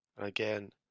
again